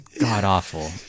god-awful